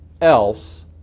else